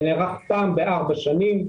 זה נערך פעם בארבע שנים.